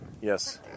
yes